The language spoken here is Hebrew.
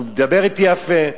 הוא מדבר אתי יפה,